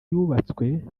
yubatswe